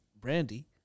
Brandy